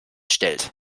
stellt